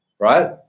Right